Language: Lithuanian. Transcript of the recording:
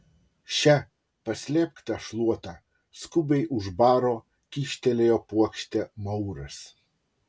še paslėpk tą šluotą skubiai už baro kyštelėjo puokštę mauras